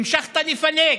המשכת לפלג,